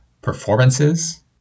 performances